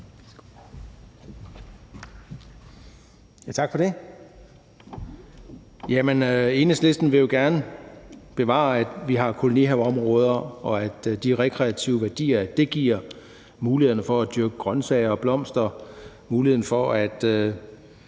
Tak for det.